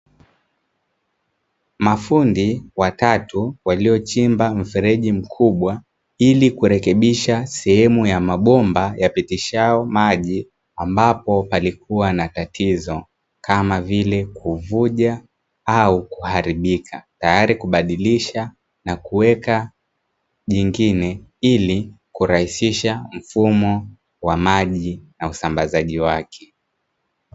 Mafundi watatu waliochimba mfereji mkubwa ili kurekebisha sehemu ya mabomba yapitishayo maji ambapo palikuwa na tatizo kama vile kuvuja au kuharibika tayari kubadilisha na kuweka jingine, ili kurahisisha mfumo wa maji na usambazaji wake.